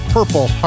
Purple